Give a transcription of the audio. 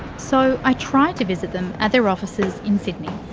so i tried to visit them at their offices in sydney.